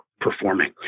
performing